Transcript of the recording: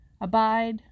Abide